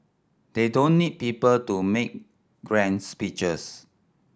they don't need people to make grand speeches